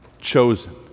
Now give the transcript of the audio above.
chosen